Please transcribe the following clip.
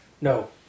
No